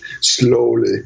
slowly